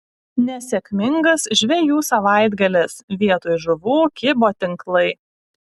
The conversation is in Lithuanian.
nesėkmingas žvejų savaitgalis vietoj žuvų kibo tinklai